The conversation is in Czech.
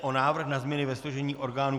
Návrh na změny ve složení orgánů